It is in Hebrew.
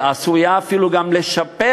היא עשויה אפילו גם לשפר